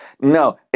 No